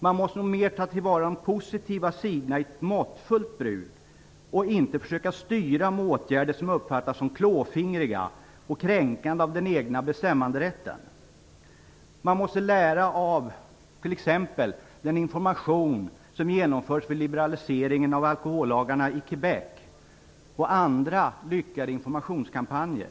Man måste nog mer ta till vara de positiva sidorna i ett måttfullt bruk och inte försöka vidta åtgärder som uppfattas som klåfingriga och kränkande av den egna bestämmanderätten. Man måste lära av t.ex. den information som genomfördes vid liberaliseringen av alkohollagarna i Quebec och av andra lyckade informationskampanjer.